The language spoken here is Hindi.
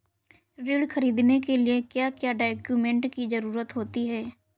ऋण ख़रीदने के लिए क्या क्या डॉक्यूमेंट की ज़रुरत होती है?